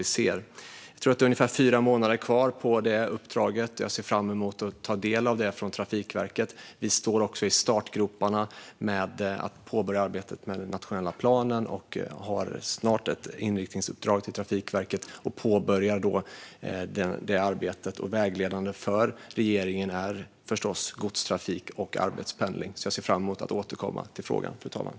Jag tror att det är ungefär fyra månader kvar på uppdraget till Trafikverket, och jag ser fram emot att ta del av deras arbete. Vi står också i startgroparna för att påbörja arbetet med den nationella planen. Vi har snart ett inriktningsuppdrag till Trafikverket och påbörjar då detta arbete. Vägledande för regeringen är förstås godstrafik och arbetspendling. Jag ser fram emot att återkomma i frågan, fru talman.